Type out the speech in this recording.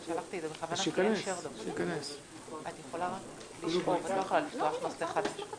אז איתן גינזבורג ישמש כסגן בתקופה הקצרה